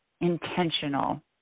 intentional